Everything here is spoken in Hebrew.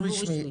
ייבוא רשמי.